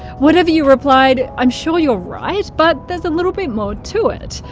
whatever you replied, i'm sure you're right, but there's a little bit more to it.